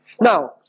Now